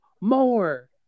more